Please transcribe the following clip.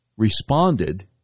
Responded